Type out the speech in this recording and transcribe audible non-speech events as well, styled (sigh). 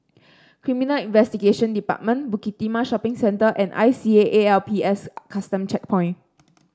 Criminal Investigation Department Bukit Timah Shopping Centre and I C A A L P S Custom Checkpoint (noise)